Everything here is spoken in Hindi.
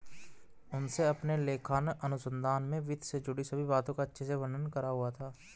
उसने अपने लेखांकन अनुसंधान में वित्त से जुड़ी सभी बातों का अच्छे से वर्णन करा हुआ था